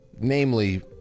Namely